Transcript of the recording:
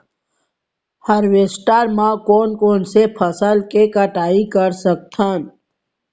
Harvester म कोन कोन से फसल के कटाई कर सकथन?